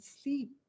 sleep